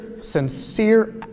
sincere